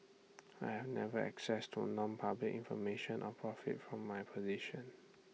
I never had access to nonpublic information or profited from my position